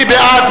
מי בעד,